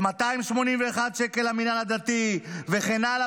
281 מיליון שקל למנהל הדתי וכן הלאה